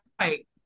right